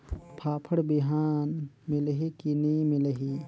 फाफण बिहान मिलही की नी मिलही?